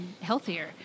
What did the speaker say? healthier